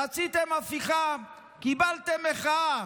רציתם הפיכה, קיבלתם מחאה.